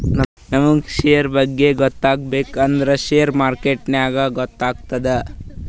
ನಮುಗ್ ಶೇರ್ ಬಗ್ಗೆ ತಿಳ್ಕೋಬೇಕು ಅಂದ್ರ ಶೇರ್ ಮಾರ್ಕೆಟ್ ನಾಗೆ ಗೊತ್ತಾತ್ತುದ